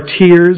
tears